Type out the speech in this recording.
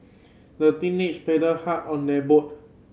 the teenager paddled hard on their boat